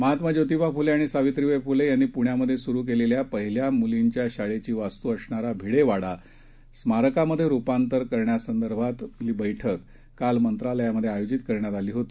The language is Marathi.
महात्मा ज्योतिबा फुले आणि सावित्रीबाई फुले यांनी पुण्यात सुरु केलेल्या पहिल्या मुलींच्या शाळेची वास्तू असणारा भिडेवाडा स्मारकामध्ये रुपांतर करण्यासंदर्भातील बैठक काल मंत्रालयात आयोजित करण्यात आली होती